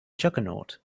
juggernaut